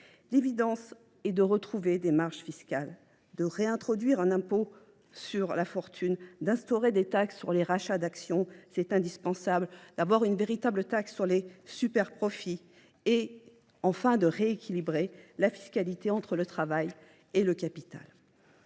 L’évidence est de retrouver des marges fiscales, de réintroduire un impôt sur la fortune, d’instaurer une taxe sur les rachats d’actions. Il est indispensable de mettre en place une véritable taxe sur les superprofits et de rééquilibrer enfin la fiscalité entre travail et capital.